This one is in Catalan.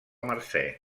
mercè